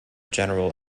general